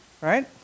right